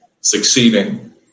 succeeding